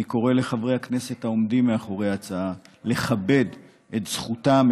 אני קורא לחברי הכנסת העומדים מאחורי ההצעה לכבד את זכותם,